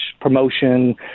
promotion